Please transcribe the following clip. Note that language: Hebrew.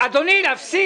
אסור.